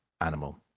animal